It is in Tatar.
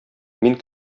мин